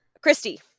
Christy